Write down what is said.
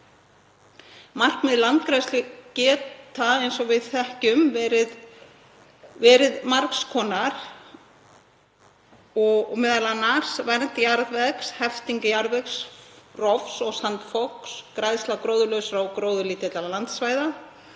markmið landgræðslu geta, eins og við þekkjum, verið margs konar, m.a. vernd jarðvegs, hefting jarðvegsrofs og sandfoks, græðsla gróðurlausra og gróðurlítilla landsvæða,